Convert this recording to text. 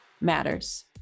Matters